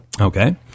Okay